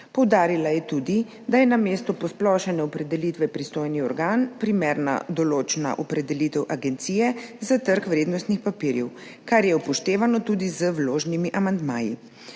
Poudarila je tudi, da je namesto posplošene opredelitve pristojni organ primerna določna opredelitev Agencije za trg vrednostnih papirjev, kar je upoštevano tudi z vloženimi amandmaji.